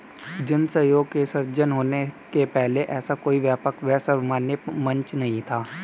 जन सहयोग के सृजन होने के पहले ऐसा कोई व्यापक व सर्वमान्य मंच नहीं था